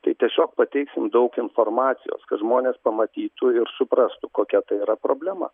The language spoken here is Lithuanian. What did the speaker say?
tai tiesiog pateiksim daug informacijos kad žmonės pamatytų ir suprastų kokia tai yra problema